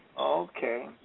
Okay